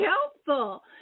helpful